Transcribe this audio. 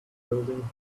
building